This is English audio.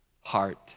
heart